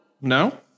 No